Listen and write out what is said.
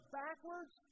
backwards